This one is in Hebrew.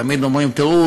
שתמיד אומרים: תראו,